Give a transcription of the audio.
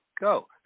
go